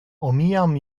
omijam